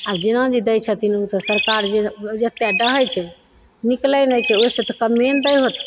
आब जेना जे दै छथिन उ तऽ सरकार जे जेतय डहय छै निकलय नहि छै ओइसँ तऽ कमे ने दै होथिन